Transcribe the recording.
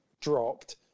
dropped